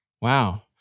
Wow